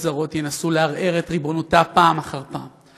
זרות ינסו לערער את ריבונותה פעם אחר פעם.